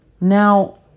Now